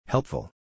Helpful